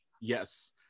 yes